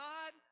God